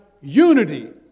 unity